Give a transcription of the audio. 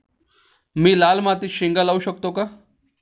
मी लाल मातीत शेंगा लावू शकतो का?